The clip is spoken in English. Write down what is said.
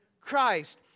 Christ